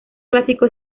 clásico